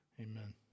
Amen